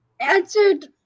answered